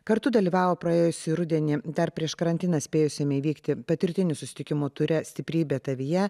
kartu dalyvavo praėjusį rudenį dar prieš karantiną spėjusiame įvykti patirtinių susitikimų ture stiprybė tavyje